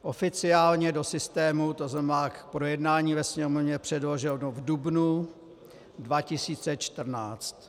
Oficiálně do systému, to znamená k projednání ve Sněmovně, předloženo v dubnu 2014.